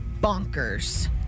bonkers